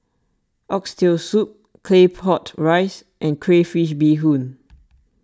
Oxtail Soup Claypot Rice and Crayfish BeeHoon